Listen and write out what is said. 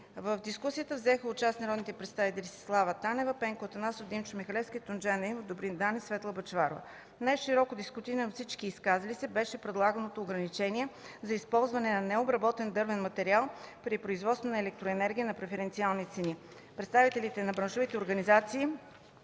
В дискусията взеха участие народните представители Десислава Танева, Пенко Атанасов, Димчо Михалевски, Тунджай Наимов, Добрин Данев и Светла Бъчварова. Най-широко дискутирано от всички изказали се беше предлаганото ограничение за използване на необработен дървен материал при производството на електроенергия на преференциална цена. Представителите на браншовите организации